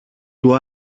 του